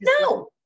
No